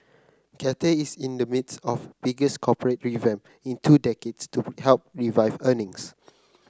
Cathay is in the midst of biggest corporate revamp in two decades to help revive earnings